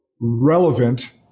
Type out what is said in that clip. relevant